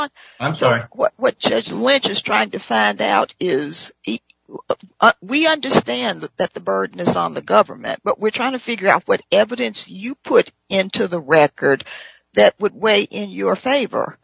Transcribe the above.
on i'm sorry what judge which is trying to find out is he we understand that the burden is on the government but we're trying to figure out what evidence you put into the record that way in your favor